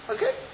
Okay